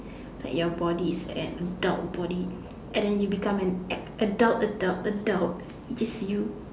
like your body is an adult body and then you become an adult adult adult which is you